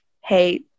hey